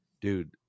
dude